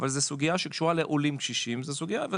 אבל זו סוגייה נוגעת לקשישים עולים.